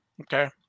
okay